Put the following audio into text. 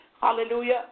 hallelujah